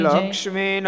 Lakshmi